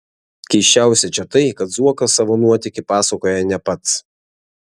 keisčiausia čia tai kad zuokas savo nuotykį pasakoja ne pats